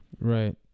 Right